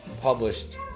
published